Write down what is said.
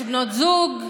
יש בנות זוג,